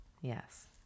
Yes